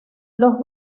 los